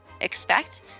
expect